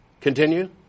Continue